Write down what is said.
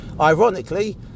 ironically